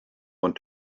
want